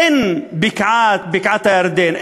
אין בקעת-הירדן,